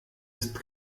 ist